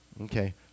okay